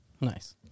Nice